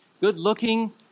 Good-looking